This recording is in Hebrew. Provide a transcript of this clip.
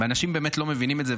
ואנשים באמת לא מבינים את זה.